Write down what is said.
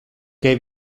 que